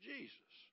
Jesus